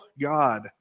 God